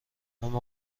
اما